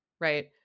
Right